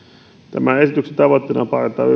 tämän esityksen tavoitteena